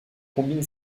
combine